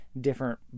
different